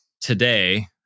today